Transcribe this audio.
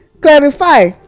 clarify